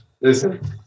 listen